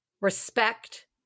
respect